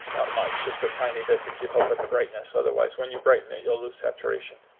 much, just a tiny bit to keep up with the brightness. otherwise, when you brighten it, you'll lose saturation.